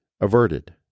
averted